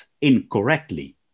incorrectly